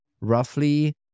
roughly